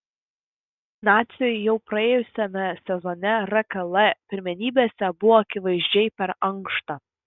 naciui jau praėjusiame sezone rkl pirmenybėse buvo akivaizdžiai per ankšta